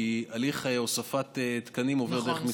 כי הליך הוספת תקנים עובר דרך,